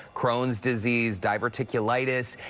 crohn's disease, diverticulitis.